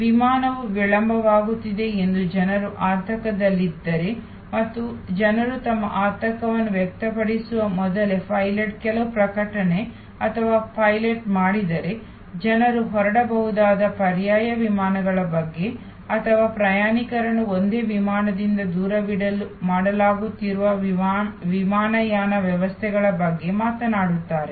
ವಿಮಾನವು ವಿಳಂಬವಾಗುತ್ತಿದೆ ಎಂದು ಜನರು ಆತಂಕದಲ್ಲಿದ್ದರೆ ಮತ್ತು ಜನರು ತಮ್ಮ ಆತಂಕವನ್ನು ವ್ಯಕ್ತಪಡಿಸುವ ಮೊದಲೇ ಪೈಲಟ್ ಕೆಲವು ಪ್ರಕಟಣೆ ಅಥವಾ ಪೈಲಟ್ ಮಾಡಿದರೆ ಜನರು ಹೊರಡಬಹುದಾದ ಪರ್ಯಾಯ ವಿಮಾನಗಳ ಬಗ್ಗೆ ಅಥವಾ ಪ್ರಯಾಣಿಕರನ್ನು ಒಂದೇ ವಿಮಾನದಿಂದ ದೂರವಿಡಲು ಮಾಡಲಾಗುತ್ತಿರುವ ವಿಮಾನಯಾನ ವ್ಯವಸ್ಥೆಗಳ ಬಗ್ಗೆ ಮಾತನಾಡುತ್ತಾರೆ